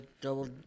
double